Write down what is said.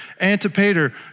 Antipater